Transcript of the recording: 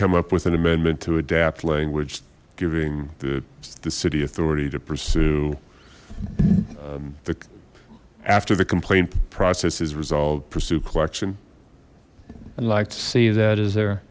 come up with an amendment to adapt language giving the the city authority to pursue the after the complaint process is resolved pursue collection i'd like to see that is the